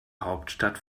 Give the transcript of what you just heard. hauptstadt